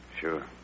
Sure